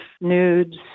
nudes